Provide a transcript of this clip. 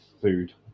food